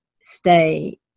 stay